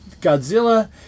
Godzilla